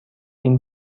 این